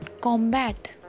combat